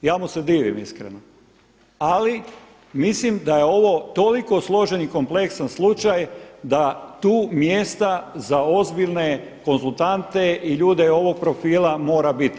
Ja mu se divim iskreno, ali mislim da je ovo toliko složen i kompleksan slučaj da tu mjesta za ozbiljne konzultante i ljude ovog profila mora biti.